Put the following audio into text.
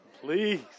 Please